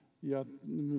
ja